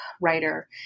writer